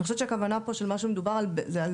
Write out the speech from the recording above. אני חושבת שהכוונה פה של מה שמדובר זה על